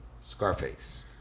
Scarface